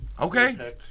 Okay